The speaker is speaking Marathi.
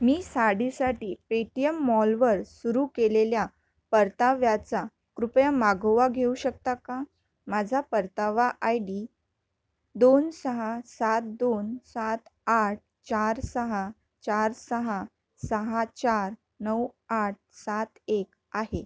मी साडीसाठी पेटीएम मॉलवर सुरू केलेल्या परताव्याचा कृपया मागोवा घेऊ शकता का माझा परतावा आय डी दोन सहा सात दोन सात आठ चार सहा चार सहा सहा चार नऊ आठ सात एक आहे